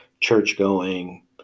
church-going